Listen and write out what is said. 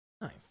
nice